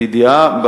לידיעה,